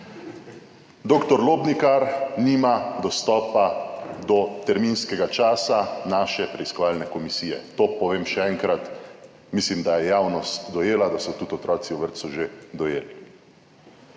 Dr. Lobnikar nima dostopa do terminskega časa naše preiskovalne komisije. To povem še enkrat, mislim, da je javnost dojela, da so tudi otroci v vrtcu že dojeli.